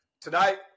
tonight